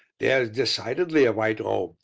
there is decidedly a white robe,